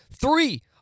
three